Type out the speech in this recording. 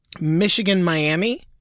Michigan-Miami